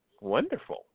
Wonderful